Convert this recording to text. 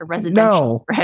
no